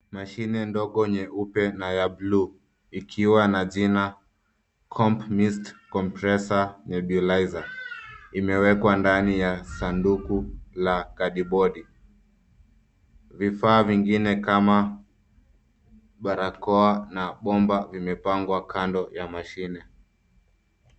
Mashine ndogo nyeupe na ya bluu ikiwa na jina comp Mist compressor Nebulizer imewekwa ndani ya sanduku la kadibodi, vifaa vingine kama barakoa na bomba vimepangwa kando ya mashine.